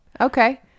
Okay